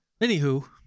Anywho